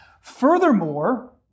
Furthermore